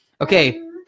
Okay